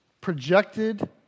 projected